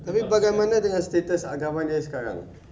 bagaimana dengan status agama dia sekarang